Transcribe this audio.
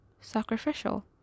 sacrificial